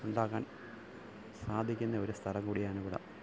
ഉണ്ടാക്കാൻ സാധിക്കുന്ന ഒരു സ്ഥലം കൂടിയാണ് ഇവിടം